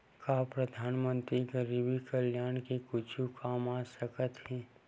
का परधानमंतरी गरीब कल्याण के कुछु काम आ सकत हे